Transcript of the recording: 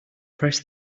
press